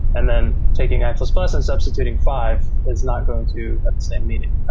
and then taking i plus plus and substituting five is not going to have the same meaning,